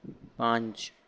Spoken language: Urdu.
پانچ